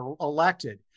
elected